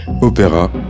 opéra